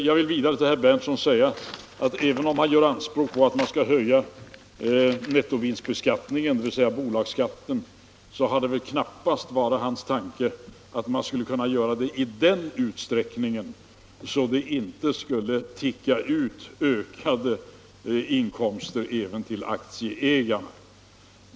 Jag vill vidare till herr Berndtson säga att även om han gör anspråk på att man skall höja nettovinstbeskattningen — dvs. bolagsskatten — så har det väl knappast varit hans tanke att man skulle kunna göra det i sådan utsträckning att det inte skulle ”ticka ut” inkomster även till aktieägarna.